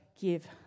give